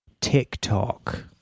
TikTok